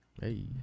hey